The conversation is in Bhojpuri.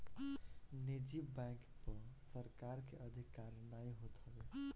निजी बैंक पअ सरकार के अधिकार नाइ होत हवे